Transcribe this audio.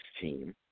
team